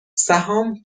سهام